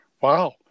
Wow